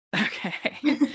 Okay